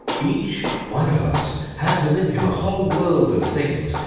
each one of us has within him a whole world of things,